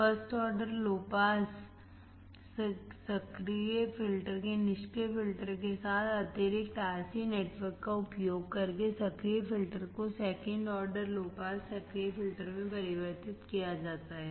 first order low pass के निष्क्रिय filter के साथ अतिरिक्त RC नेटवर्क का उपयोग करके सक्रिय फिल्टर को सेकंड ऑर्डर लो पास सक्रिय फिल्टर में परिवर्तित किया जा सकता है